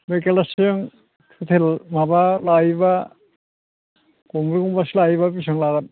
बै गिलासजों हटेल माबा लायोब्ला गंब्रै गंबासो लायोब्ला बेसिबां लागोन